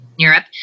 Europe